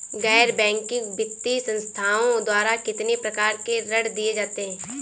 गैर बैंकिंग वित्तीय संस्थाओं द्वारा कितनी प्रकार के ऋण दिए जाते हैं?